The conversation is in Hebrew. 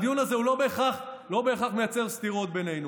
הדיון הזה לא בהכרח מייצר סתירות בינינו,